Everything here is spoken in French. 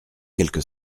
quelque